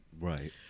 Right